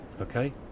okay